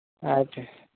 ᱟᱪᱪᱷᱟ